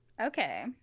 Okay